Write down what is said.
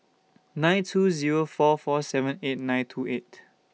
nine two Zero four four seven eight nine two eight